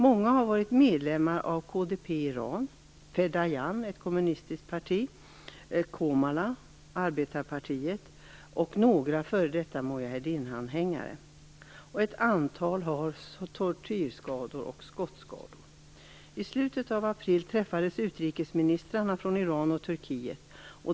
Många har varit medlemmar av KDP-Iran, Fedajan, som är ett kommunistiskt parti, KOMALA, arbetarpartiet, och några är före detta Mujaheddinanhängare. Ett antal har tortyrskador och skottskador. I slutet av april träffades utrikesministrarna från Iran och Turkiet.